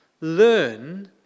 learn